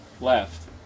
left